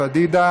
בבקשה.